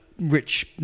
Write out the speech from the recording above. rich